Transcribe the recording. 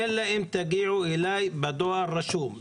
אלא אם תגיעו אליי בדואר רשום.